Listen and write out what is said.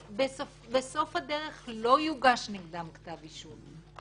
שבסוף הדרך לא יוגש נגדם כתב אישום.